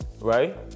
right